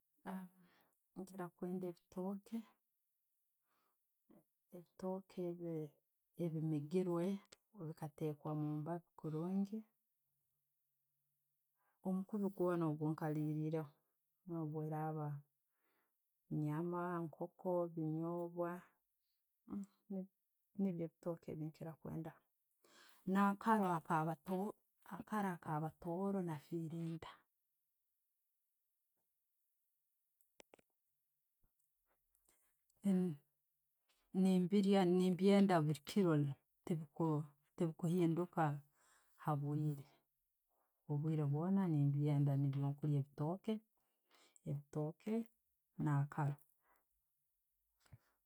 Nkira kwenda ebitooke, ebitooke ebyo ebimigiirwe, kateeka omumbaabi kurungi, omukuubi gwoona gwenkalilireho no'obweraba nyaama, nkooko, binyobwa. Niibo ebitooke ebyenkira kwendaho. Na'akaro ako, na' akaro akaba tooro ne'filinda. Nembiirya, nembyenda bulikiro, tebikuhinduka habwiire, obwiire bwoona nembyenda niibyo nkulya, ebitooke, ebitooke na'akaaro.